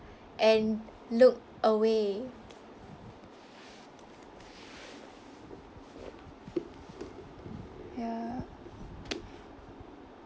and look away ya